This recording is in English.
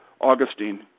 Augustine